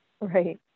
Right